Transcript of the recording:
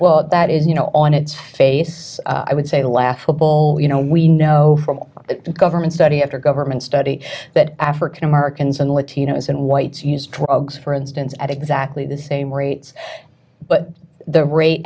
respond that is you know on its face i would say laughable you know we know from government study after government study that african americans and latinos and whites use drugs for instance at exactly the same rates but the rate